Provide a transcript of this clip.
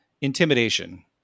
intimidation